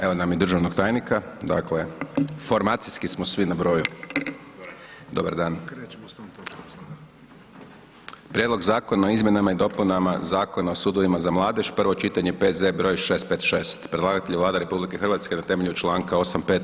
Evo nam i državnog tajnika, dakle formacijski smo svi na broju. ... [[Upadica se ne čuje.]] Dobar dan. - Prijedlog Zakona o izmjenama i dopunama Zakona o sudovima za mladež, prvo čitanje, P.Z.E. br. 656; Predlagatelj je Vlada RH na temelju članka 85.